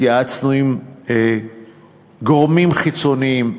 התייעצנו עם גורמים חיצוניים,